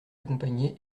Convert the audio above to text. accompagnée